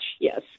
yes